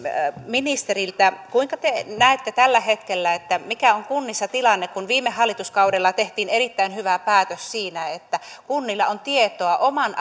ministeriltä kuinka te näette tällä hetkellä mikä on kunnissa tilanne kun viime hallituskaudella tehtiin erittäin hyvä päätös siinä että kunnilla on tietoa oman